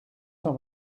cent